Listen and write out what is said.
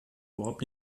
überhaupt